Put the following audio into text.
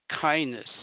kindness